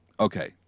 okay